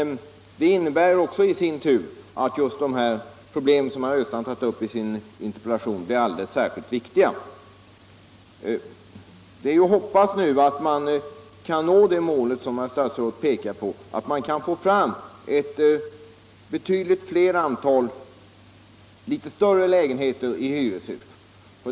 Detta innebär i sin tur att de problem som herr Östrand tagit upp i sin interpellation är särskilt viktiga. Det är vidare att hoppas att man skall nå det mål som herr statsrådet har anvisat, nämligen att få fram betydligt flera större lägenheter i hyreshus.